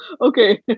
okay